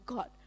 God